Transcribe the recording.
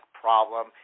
problem